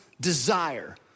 desire